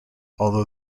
although